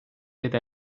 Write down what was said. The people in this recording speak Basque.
eta